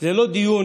זה לא דיון,